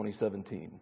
2017